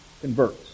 converts